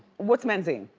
what's menzine?